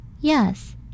Yes